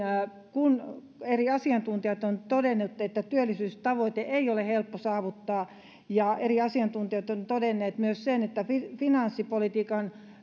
kun eri asiantuntijat ovat todenneet että työllisyystavoite ei ole helppo saavuttaa ja eri asiantuntijat ovat todenneet myös sen että finanssipolitiikan